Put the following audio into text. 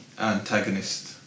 antagonist